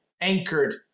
anchored